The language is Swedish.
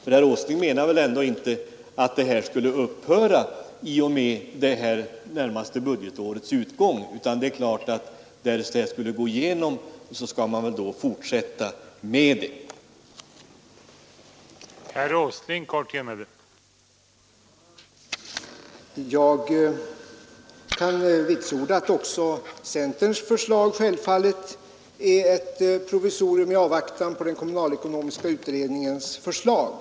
Ty herr Åsling menar väl inte att systemet skulle upphöra i och med det närmaste budgetårets utgång? Det är klart att därest förslaget skulle gå igenom måste man fortsätta med detta system även för i första hand andra halvåret 1974.